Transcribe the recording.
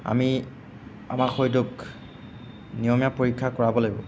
আমি আমাৰ শৰীৰটোক নিয়মীয়া পৰীক্ষা কৰাব লাগিব